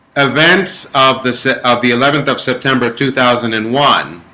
events of the set of the eleventh of september two thousand and one